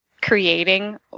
creating